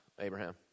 Abraham